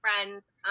friends